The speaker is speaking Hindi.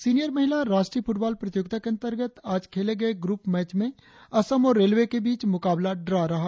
सीनियर महिला राष्ट्रीय फुटबॉल प्रतियोगिता के अंतर्गत आज खेले गए ग्रप मैच में असम और रेलवे के बीच मुकाबला ड्रॉ रहा